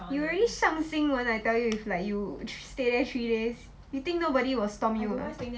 you already 上新闻 I tell you if like you stay there three days you think nobody will stomp you ah